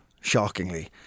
shockingly